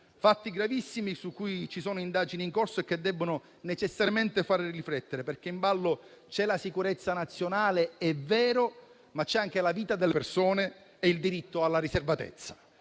fatti gravissimi, su cui sono in corso indagini e che debbono necessariamente fare riflettere, perché ci sono in ballo la sicurezza nazionale - è vero - ma anche la vita delle persone e il diritto alla riservatezza.